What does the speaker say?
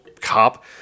cop